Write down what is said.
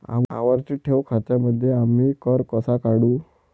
आवर्ती ठेव खात्यांमध्ये आम्ही कर कसा काढू?